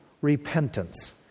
repentance